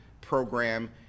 program